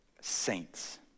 saints